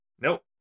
Nope